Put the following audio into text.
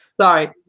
Sorry